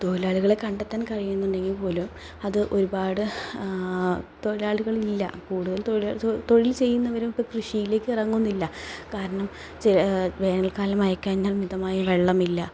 തൊഴിലാളികളെ കണ്ടെത്താൻ കഴിയുന്നുണ്ടെങ്കിൽപ്പോലും അത് ഒരുപാട് തൊഴിലാളികളില്ല കൂടുതൽ തൊഴിൽ ചെയ്യുന്നവരും ഇപ്പോൾ കൃഷിയിലേക്ക് ഇറങ്ങുന്നില്ല കാരണം ചില വേനൽക്കാലം ആയിക്കഴിഞ്ഞാൽ മിതമായ വെള്ളമില്ല